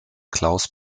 klaus